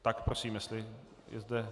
Tak prosím, jestli je zde...